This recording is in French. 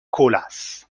colas